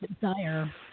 desire